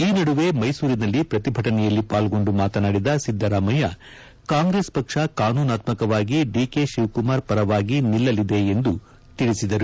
ಈ ನಡುವೆ ಮೈಸೂರಿನಲ್ಲಿ ಪ್ರತಿಭಟನೆಯಲ್ಲಿ ಪಾಲ್ಗೊಂಡು ಮಾತನಾಡಿದ ಸಿದ್ದರಾಮಯ್ಯ ಕಾಂಗ್ರೆಸ್ ಪಕ್ಷ ಕಾನೂನಾತ್ಮಕವಾಗಿ ಡಿಕೆ ಶಿವಕುಮಾರ್ ಪರವಾಗಿ ನಿಲ್ಲಲಿದೆ ಎಂದು ತಿಳಿಸಿದರು